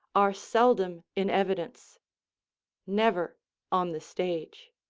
are seldom in evidence never on the stage.